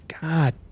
God